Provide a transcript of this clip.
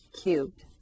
cubed